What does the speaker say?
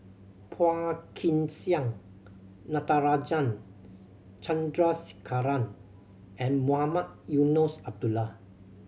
Phua Kin Siang Natarajan Chandrasekaran and Mohamed Eunos Abdullah